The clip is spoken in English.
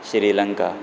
Sri Lanka